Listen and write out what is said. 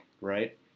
right